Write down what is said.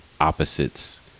opposites